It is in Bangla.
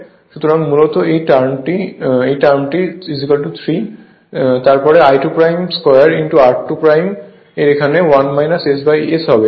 সুতরাং মূলত এই টার্মটি 3 তারপর I2 2 r2 এর এখানে 1 SS হবে